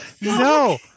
no